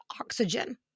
oxygen